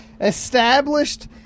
established